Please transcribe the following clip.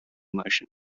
motion